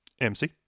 MC